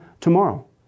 tomorrow